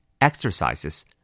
Exercises